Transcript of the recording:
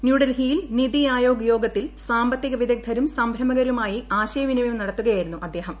ന്യൂഡൽഹിയിൽ നിതി ആയോഗ് യോഗ്ത്തിൽ സാമ്പത്തിക വിദഗ്ധരും സംരംഭകരുമായി ആശ്യപ്പിനിമയം നടത്തുകയായിരുന്നു അദ്ദേഹം